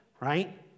right